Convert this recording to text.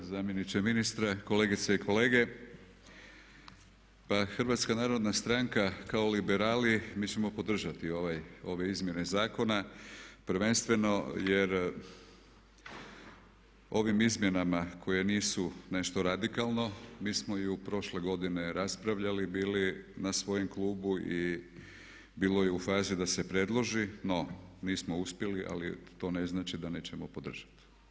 Zamjeniče ministra, kolegice i kolege pa Hrvatska narodna stranka kao liberali mi ćemo podržati ove izmjene zakona prvenstveno jer ovim izmjenama koje nisu nešto radikalno mi smo i prošle godine raspravljali bili na svojem klubu i bilo je u fazi da se predloži, no nismo uspjeli ali to ne znači da nećemo podržati.